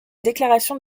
déclaration